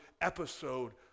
episode